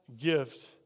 gift